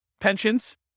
pensions